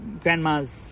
grandma's